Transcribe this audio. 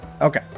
Okay